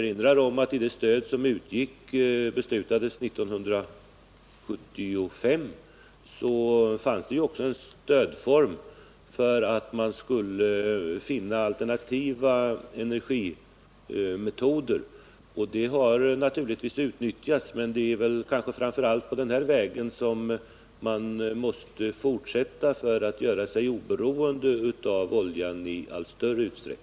I det stöd som det fattades beslut om 1975 fanns en stödform för att stimulera användningen av alternativa uppvärmningsmetoder. Detta stöd har naturligtvis utnyttjats, och det är framför allt på denna väg som man måste fortsätta för att i allt större utsträckning göra sig oberoende av oljan.